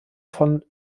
von